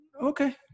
okay